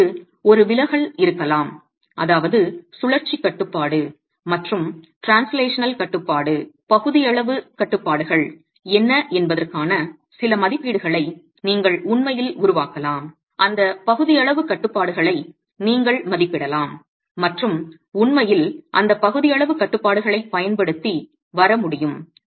இப்போது ஒரு விலகல் இருக்கலாம் அதாவது சுழற்சி கட்டுப்பாடு மற்றும் டிரன்ஸ்லேஷனல் கட்டுப்பாடு பகுதியளவு கட்டுப்பாடுகள் என்ன என்பதற்கான சில மதிப்பீடுகளை நீங்கள் உண்மையில் உருவாக்கலாம் அந்த பகுதியளவு கட்டுப்பாடுகளை நீங்கள் மதிப்பிடலாம் மற்றும் உண்மையில் அந்த பகுதியளவு கட்டுப்பாடுகளைப் பயன்படுத்தி வர முடியும்